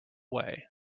way